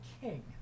king